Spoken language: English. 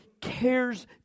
cares